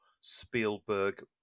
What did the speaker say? Spielberg